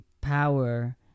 power